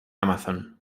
amazon